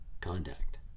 contact